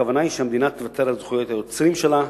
הכוונה היא שהמדינה תוותר על זכויות היוצרים שלה,